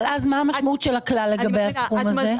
אבל אז מה המשמעות של הכלל לגבי הסכום הזה?